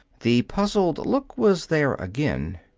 the puzzled look was there again.